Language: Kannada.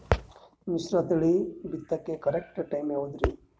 ಮಿಶ್ರತಳಿ ಬಿತ್ತಕು ಕರೆಕ್ಟ್ ಟೈಮ್ ಯಾವುದರಿ?